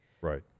Right